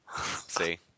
See